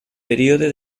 període